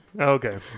Okay